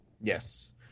Yes